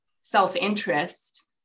self-interest